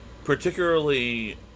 particularly